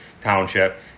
township